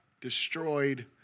destroyed